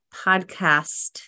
podcast